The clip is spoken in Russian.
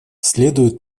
следует